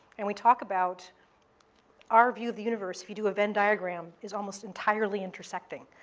and we talk about our view of the universe, if you do a venn diagram, is almost entirely intersecting.